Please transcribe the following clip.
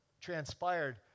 transpired